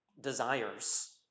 Desires